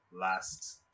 last